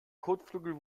kotflügel